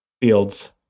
Fields